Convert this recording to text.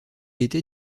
était